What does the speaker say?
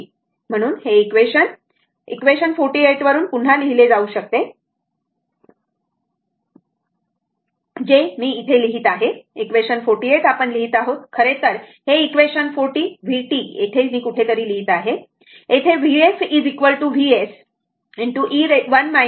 म्हणून हे equation equation 48 वरून पुन्हा लिहिले जाऊ शकते जे मी येथे लिहीत आहे इक्वेशन 48 आपण लिहीत आहोत खरेतर हे इक्वेशन 40 vt येथे मी कुठेतरी लिहीत आहे येथे vf vs 1 e tT असे येते